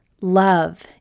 love